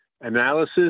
analysis